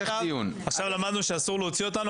עכשיו למדנו שאסור להוציא אותנו,